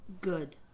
Good